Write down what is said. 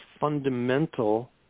fundamental